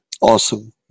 Awesome